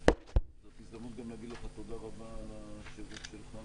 זו הזדמנות גם להגיד לך תודה רבה על השירות שלך